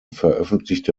veröffentlichte